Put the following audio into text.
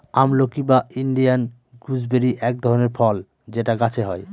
আমলকি বা Indian gooseberry এক ধরনের ফল যেটা গাছে হয়